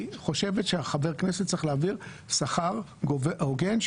היא חושבת שחבר הכנסת צריך להרוויח שכר הוגן כדי